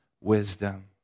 wisdom